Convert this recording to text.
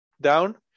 down